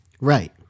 right